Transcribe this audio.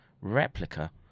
replica